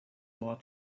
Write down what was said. more